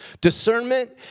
Discernment